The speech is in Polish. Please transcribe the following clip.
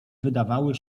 wydawały